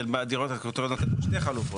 שתי חלופות.